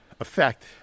Effect